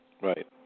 Right